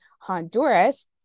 Honduras